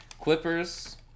Clippers